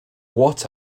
what